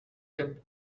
can